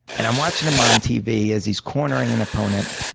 and i'm watching him on tv as he's cornering an opponent.